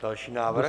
Další návrh.